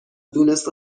دونسته